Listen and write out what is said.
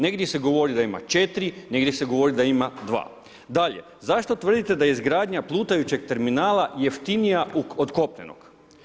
Negdje se govori da ima 4, negdje se govori da ima 2. Dalje, zašto tvrdite da izgradnja plutajućeg terminala jeftinija, od kopnenog.